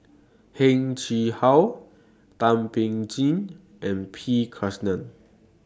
Heng Chee How Thum Ping Tjin and P Krishnan